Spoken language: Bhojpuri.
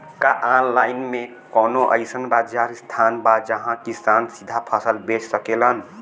का आनलाइन मे कौनो अइसन बाजार स्थान बा जहाँ किसान सीधा फसल बेच सकेलन?